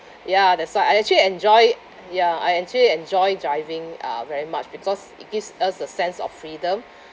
ya that's why I actually enjoy ya I actually enjoy driving uh very much because it gives us a sense of freedom